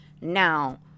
Now